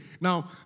Now